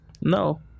No